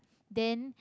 then